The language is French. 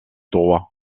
droit